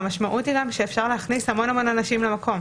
והמשמעות היא גם שאפשר להכניס המון המון אנשים למקום.